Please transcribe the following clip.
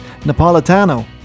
Napolitano